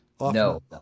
No